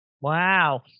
Wow